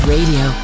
Radio